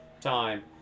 time